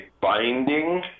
binding